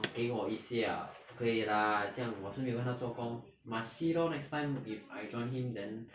orh 给我一些 ah 不可以 lah 将我是没有跟他做工 must see lor next time if I join him then